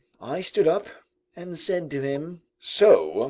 i stood up and said to him so,